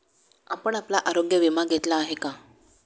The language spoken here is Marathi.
आपण आपला आरोग्य विमा घेतला आहे का?